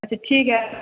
अच्छा ठीक हए तऽ